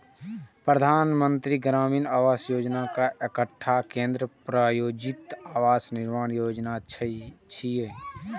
प्रधानमंत्री ग्रामीण आवास योजना एकटा केंद्र प्रायोजित आवास निर्माण योजना छियै